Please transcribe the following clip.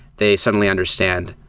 they suddenly understand,